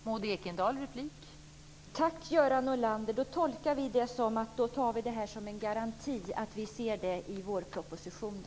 Fru talman! Tack, Göran Norlander! Då tolkar jag det så att vi kan ta det som en garanti för att vi får se det i vårpropositionen.